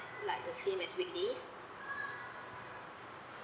like the same as weekdays